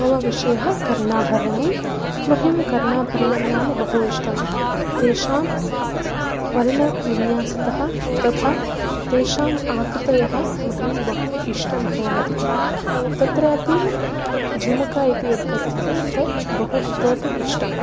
मम विषयः कर्णाभरणं मह्यं कर्णाभरणं नाम बहु इष्टं तेषां वर्णविन्यासतः तथा तेषाम् आकृतयः मह्यं बहु इष्टं भवन्ति तत्रापि झुमुका इति यत् कथ्यते तत् बहु इतोपि इष्टं